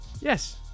Yes